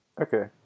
Okay